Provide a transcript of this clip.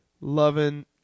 loving